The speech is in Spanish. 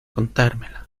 contármela